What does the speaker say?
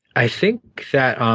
i think that, um